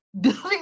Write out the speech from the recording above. building